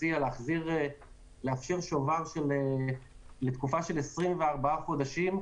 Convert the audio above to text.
הציעה לאפשר שובר לתקופה של 24 חודשים,